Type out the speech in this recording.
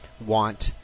want